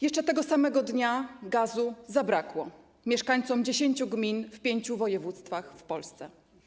Jeszcze tego samego dnia gazu zabrakło mieszkańcom 10 gmin w pięciu województwach w Polsce.